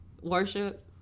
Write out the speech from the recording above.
worship